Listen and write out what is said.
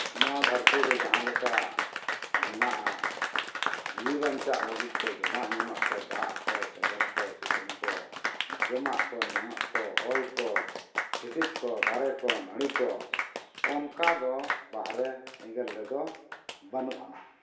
ᱱᱚᱣᱟ ᱫᱷᱟᱹᱨᱛᱤ ᱨᱮ ᱡᱟᱦᱟᱸᱞᱮᱠᱟ ᱢᱮᱱᱟᱜᱼᱟ ᱡᱤᱣᱤ ᱵᱟᱧᱪᱟᱜ ᱞᱟᱹᱜᱤᱫᱛᱮ ᱡᱚᱢᱟᱜ ᱧᱩᱣᱟᱜ ᱠᱚ ᱫᱟᱜ ᱠᱚ ᱥᱮᱸᱜᱮᱞ ᱠᱚ ᱥᱤᱛᱩᱝ ᱠᱚ ᱡᱚᱢᱟᱜ ᱠᱚ ᱧᱩᱣᱟᱜ ᱠᱚ ᱦᱚᱭ ᱠᱚ ᱦᱤᱸᱥᱤᱫᱽ ᱠᱚ ᱫᱟᱨᱮ ᱠᱚ ᱱᱟᱹᱲᱤ ᱠᱚ ᱚᱝᱠᱟ ᱫᱚ ᱵᱟᱦᱨᱮ ᱮᱸᱜᱮᱞ ᱨᱮᱫᱚ ᱵᱟᱹᱱᱩᱜ ᱟᱱᱟ